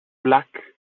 black